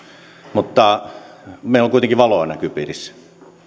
mutta meillä on kuitenkin valoa näköpiirissä